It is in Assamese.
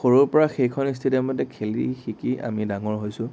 সৰুএ পৰা সেই সেইখন ইষ্টেডিয়ামতে খেলি শিকি আমি ডাঙৰ হৈছোঁ